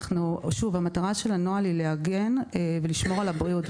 המטרה של הנוהל היא להגן ולשמור על הבריאות,